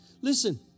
Listen